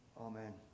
amen